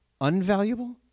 unvaluable